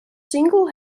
single